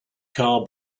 car